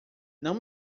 não